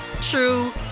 true